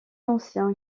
ancien